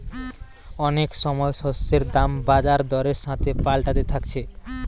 অনেক সময় শস্যের দাম বাজার দরের সাথে পাল্টাতে থাকছে